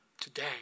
today